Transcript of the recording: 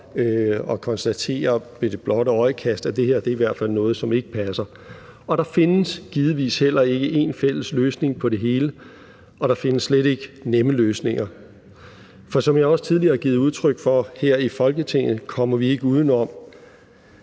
at konstatere ved det blotte øjekast, at det her i hvert fald er noget, som ikke passer. Der findes givetvis heller ikke én fælles løsning på det hele, og der findes slet ikke nemme løsninger. For som jeg også tidligere har givet udtryk for her i Folketinget, kommer vi ikke uden om,